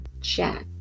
chat